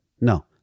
No